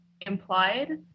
implied